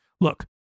Look